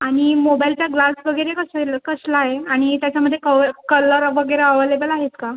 आणि मोबाईलचा ग्लास वगैरे कसले कसला आहे आणि त्याच्यामध्ये कव् कलर वगैरे अवेलेबल आहेत का